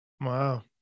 Wow